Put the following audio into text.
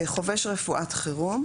"חובש רפואת חירום"